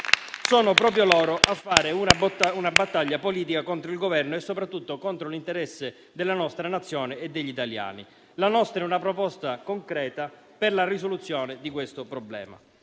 sono proprio loro a fare una battaglia politica contro il Governo e soprattutto contro l'interesse della nostra Nazione e degli italiani. La nostra è una proposta concreta per la risoluzione del problema.